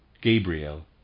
Gabriel